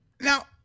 Now